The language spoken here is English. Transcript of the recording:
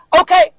Okay